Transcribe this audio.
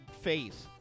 face